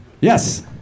Yes